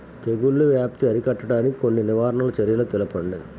తెగుళ్ల వ్యాప్తి అరికట్టడానికి కొన్ని నివారణ చర్యలు తెలుపండి?